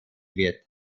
wird